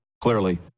clearly